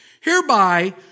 hereby